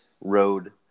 road